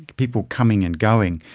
people coming and going,